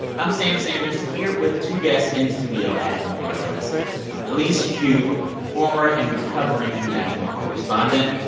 i'm sam sanders here with two guests in studio at npr west elise hu, former and recovering international correspondent,